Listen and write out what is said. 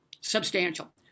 substantial